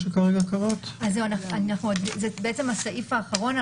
זה הסעיף האחרון.